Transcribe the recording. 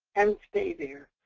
and stay there.